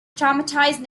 traumatized